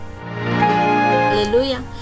Hallelujah